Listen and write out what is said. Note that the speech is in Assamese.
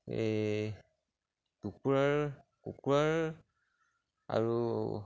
এই কুকুৰাৰ কুকুৰাৰ আৰু